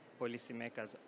policymakers